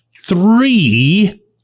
three